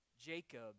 Jacob